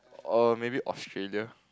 or maybe Australia